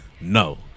No